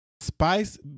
Spice